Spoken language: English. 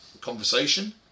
conversation